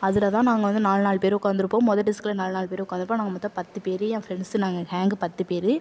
அதில் தான் நாங்கள் வந்து நாலு நால் பேர் உட்காந்துருப்போம் முத டெஸ்க்ல நாலு நால் பேர் உட்காந்துருப்போம் நாங்கள் மொத்தம் பத்து பேர் என் ஃப்ரெண்ட்ஸ் நாங்கள் ஹேங்கு பத்து பேர்